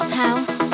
house